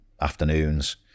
afternoons